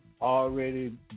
already